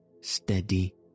steady